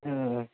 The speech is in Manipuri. ꯎꯝ ꯎꯝ ꯎꯝ